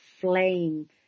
flame